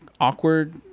awkward